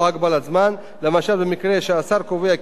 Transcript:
למשל במקרה שהשר קובע כי אין צורך בהקמת ועדה,